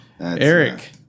Eric